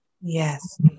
Yes